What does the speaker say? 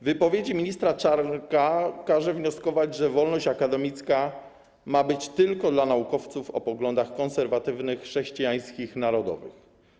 Wypowiedzi ministra Czarnka każą wnioskować, że wolność akademicka ma być tylko dla naukowców o poglądach konserwatywnych, chrześcijańskich, narodowych.